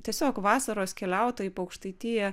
tiesiog vasaros keliautojai po aukštaitiją